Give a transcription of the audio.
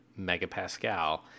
megapascal